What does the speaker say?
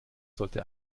sollte